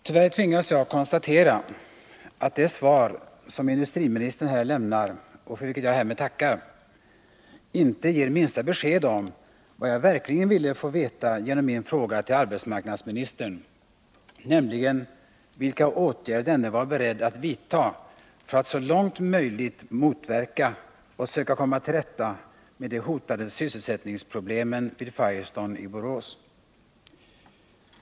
Herr talman! Tyvärr tvingas jag konstatera att det svar som industrimi | É Om sysselsättnistern här lämnat, och för vilket jag härmed tackar, inte ger minsta besked - é é ningsproblemen om vad jag verkligen vilie få veta genom min fråga till arbetsmarknadsmii Borås och Sjunistern, nämligen vilka åtgärder denne var beredd att vidta för att så långt häradsbygden möjligt motverka och söka komma till rätta med de hotande sysselsättningsproblemen vid Firestone AB i Borås.